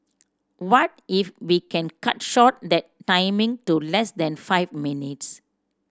what if we can cut short that timing to less than five minutes